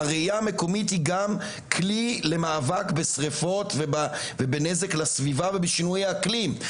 הראיה המקומית היא גם כלי למאבק בשריפות ובנזק לסביבה ובשינוי האקלים.